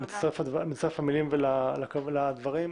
אני מצטרף למלים ולדברים.